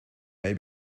may